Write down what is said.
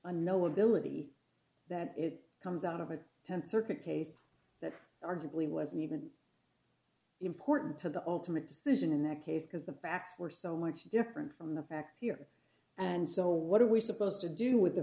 a no ability that it comes out of a th circuit case that arguably wasn't even important to the ultimate decision in that case because the facts were so much different from the facts here and so what are we supposed to do with the